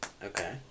Okay